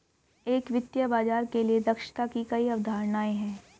एक वित्तीय बाजार के लिए दक्षता की कई अवधारणाएं हैं